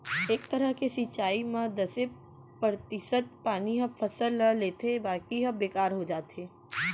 ए तरह के सिंचई म दसे परतिसत पानी ह फसल ल लेथे बाकी ह बेकार हो जाथे